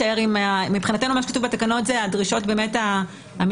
מבחינתנו מה שכתוב בתקנות זה הדרישות המינימליות,